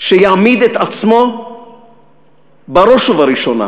שיעמיד את עצמו בראש ובראשונה